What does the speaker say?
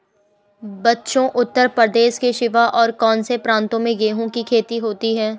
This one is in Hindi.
बच्चों उत्तर प्रदेश के सिवा और कौन से प्रांतों में गेहूं की खेती होती है?